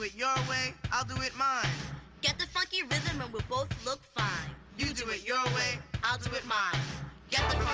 your way i'll do it mine get the funky rhythm and we'll both look fine you do it your way i'll do it mine get the